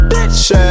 Bitch